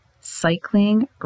Cycling